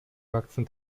wachsen